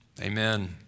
Amen